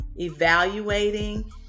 evaluating